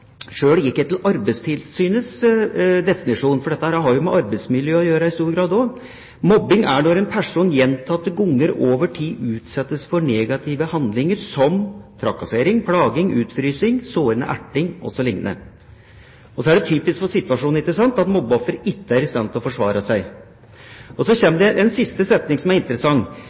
Sjøl gikk jeg til Arbeidstilsynets definisjon, for dette har jo i stor grad med arbeidsmiljøet å gjøre også. Mobbing er når en person gjentatte ganger over tid utsettes for negative handlinger som trakassering, klaging, utfrysing, sårende erting o.l. Så er det typisk for situasjonen at mobbeofferet ikke er i stand til å forsvare seg. Og så kommer det en siste setning som er interessant,